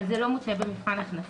אבל זה לא מותנה במבחן הכנסה,